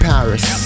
Paris